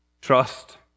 trust